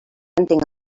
entenc